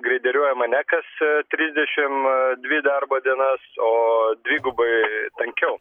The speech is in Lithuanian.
greideriuojama ne kas trisdešim dvi darbo dienas o dvigubai tankiau